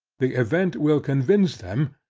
the event will convince them,